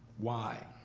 why?